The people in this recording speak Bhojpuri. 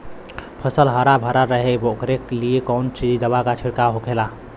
फसल हरा भरा रहे वोकरे लिए कौन सी दवा का छिड़काव होखेला?